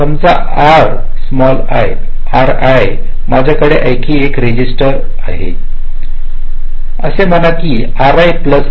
समजा Ri माझ्याकडे आणखी एक रजिस्टर आहे लेटस से Ri प्लस 1